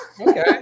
okay